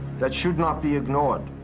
that should not be ignored.